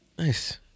Nice